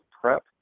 PrEP